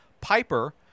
Piper